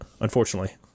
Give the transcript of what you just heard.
Unfortunately